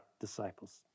disciples